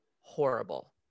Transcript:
horrible